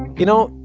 you know,